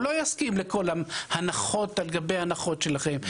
הוא לא יסכים לכל ההנחות על גבי הנחות שלכם.